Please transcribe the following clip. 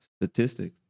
statistics